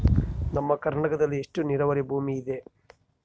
ನಮ್ಮ ಕರ್ನಾಟಕದಲ್ಲಿ ಎಷ್ಟು ನೇರಾವರಿ ಭೂಮಿ ಇದೆ?